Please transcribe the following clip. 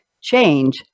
change